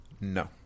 No